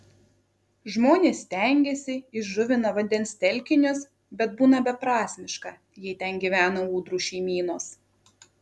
žmonės stengiasi įžuvina vandens telkinius bet būna beprasmiška jei ten gyvena ūdrų šeimynos